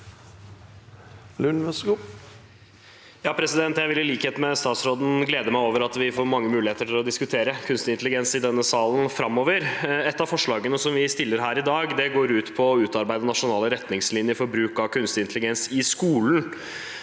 (R) Jeg vil i likhet med statsråden glede meg over at vi får mange muligheter til å diskutere kunstig intelligens i denne salen framover. Et av forslagene som vi kommer med her i dag, går ut på å utarbeide nasjonale retningslinjer for bruk av kunstig intelligens i skolen.